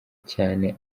cyane